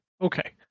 okay